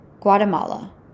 Guatemala